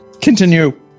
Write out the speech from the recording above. Continue